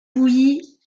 bouillie